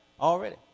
Already